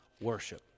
worship